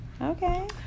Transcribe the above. Okay